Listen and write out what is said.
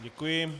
Děkuji.